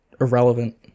irrelevant